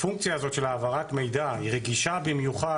הפונקציה הזאת של העברת מידע היא רגישה במיוחד